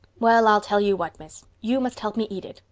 well, i'll tell you what, miss, you must help me eat it.